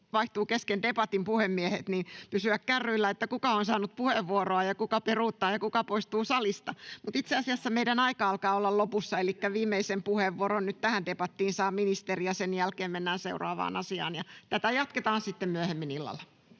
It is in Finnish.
niin on aina vähän hankala pysyä kärryillä, kuka on saanut puheenvuoroa ja kuka peruuttaa ja kuka poistuu salista. Itse asiassa meidän aika alkaa olla lopussa, elikkä viimeisen puheenvuoron nyt tähän debattiin saa ministeri, ja sen jälkeen mennään seuraavaan asiaan. Tätä jatketaan sitten myöhemmin illalla.